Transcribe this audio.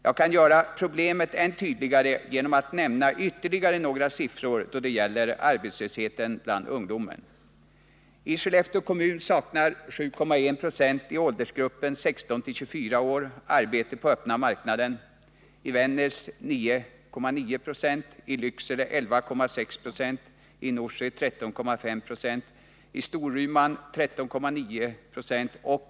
Jag kan göra problemet än tydligare genom att nämna ytterligare några siffror då det gäller arbetslösheten bland ungdomen. I Skellefteå kommun saknar 7,1 90 i åldersgruppen 16-24 år arbete på öppna marknaden, i Vännäs 9,9 90, i Lycksele 11,6 26, i Norsjö 13,5 90 och i Storuman 13,9 90.